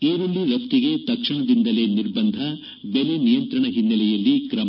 ಈರುಳ್ಳಿ ರಖ್ಡಿಗೆ ತಕ್ಷಣದಿಂದಲೇ ನಿರ್ಬಂಧ ಬೆಲೆ ನಿಯಂತ್ರಣ ಹಿನ್ನೆಲೆಯಲ್ಲಿ ಕ್ರಮ